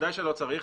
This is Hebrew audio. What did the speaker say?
ודאי שלא צריך.